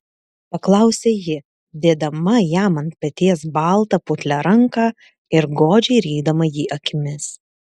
paklausė ji dėdama jam ant peties baltą putlią ranką ir godžiai rydama jį akimis